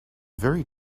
very